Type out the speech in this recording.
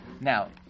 Now